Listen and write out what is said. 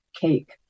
cake